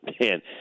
man